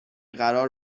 قرار